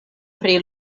pri